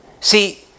See